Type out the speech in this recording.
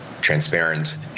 transparent